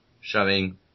showing